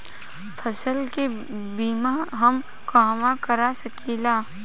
फसल के बिमा हम कहवा करा सकीला?